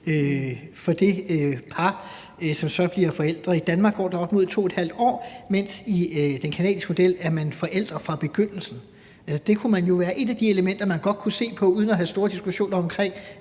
forældre, har forældremyndigheden. I Danmark går der op imod 2½ år, mens man i den canadiske model er forældre fra begyndelsen. Det kunne jo være et af de elementer, man godt kunne se på uden at have store diskussioner om,